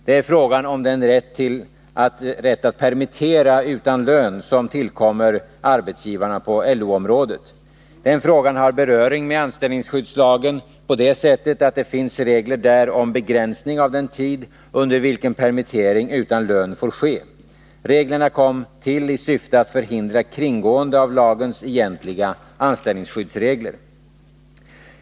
Det är frågan om den rätt att permittera utan lön som tillkommer arbetsgivarna på LO-området. Den frågan har beröring med anställningsskyddslagen på det sättet att det finns regler där om begränsning av den tid under vilken permittering utan lön får ske. Reglerna kom till i syfte att förhindra kringgående av lagens egentliga anställningsskyddsregler.